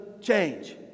change